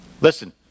Listen